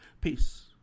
Peace